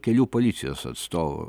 kelių policijos atstovų